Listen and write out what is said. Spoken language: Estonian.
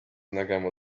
nägema